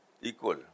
equal